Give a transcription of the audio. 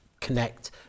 connect